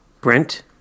Brent